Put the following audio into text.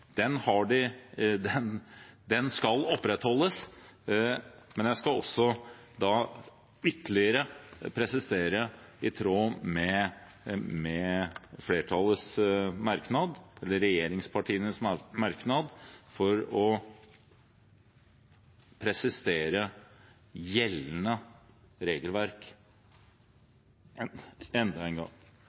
Den muligheten har de i dag, den skal opprettholdes, men jeg skal også ytterligere presisere, i tråd med flertallets merknad, regjeringspartienes merknad, gjeldende regelverk enda en gang.